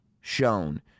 shown